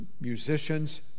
musicians